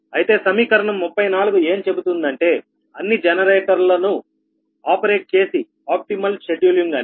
అయితే సమీకరణం 34 ఏం చెబుతుందంటే అన్ని జనరేటర్లను ఆపరేట్ చేసే ఆప్టిమల్ షెడ్యూలింగ్ అని